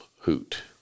hoot